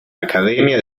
academia